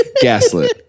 Gaslit